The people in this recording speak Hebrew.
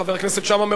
חבר הכנסת שאמה,